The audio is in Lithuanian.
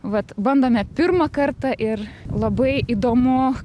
vat bandome pirmą kartą ir labai įdomu